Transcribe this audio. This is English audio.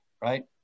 right